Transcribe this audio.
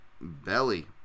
Belly